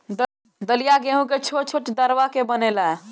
दलिया गेंहू के छोट छोट दरवा के बनेला